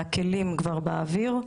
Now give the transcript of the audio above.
מהכלים כבר באוויר.